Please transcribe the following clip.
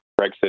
brexit